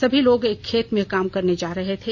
सभी लोग एक खेत मे काम करने जा रहे थे